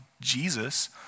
Jesus